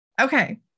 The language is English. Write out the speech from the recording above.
Okay